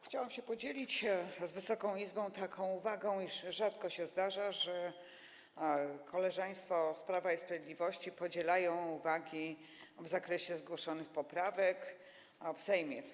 Chciałam się podzielić z Wysoką Izbą taką uwagą, iż rzadko się zdarza, że koleżeństwo z Prawa i Sprawiedliwości podziela uwagi w zakresie poprawek zgłoszonych w Sejmie.